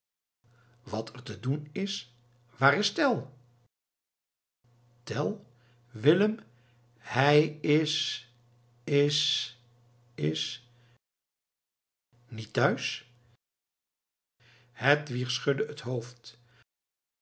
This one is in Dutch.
wat er te doen is waar is tell tell willem hij is is is niet thuis hedwig schudde het hoofd